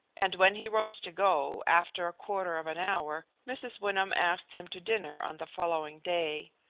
and when he rose to go, after a quarter of an hour, mrs. wyndham asked him to dinner on the following day.